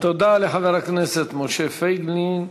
תודה לחבר הכנסת משה פייגלין.